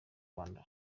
rwanda